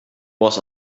was